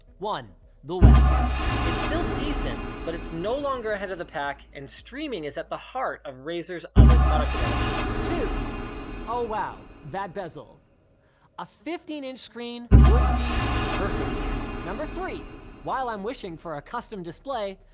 one the webcam it's still decent, but it's no longer ahead of the pack, and streaming is at the heart of razer's other product development two oh wow. that bezel a fifteen inch screen would be perfect here number three while i'm wishing for a custom display,